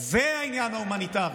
זה העניין ההומניטרי.